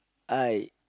I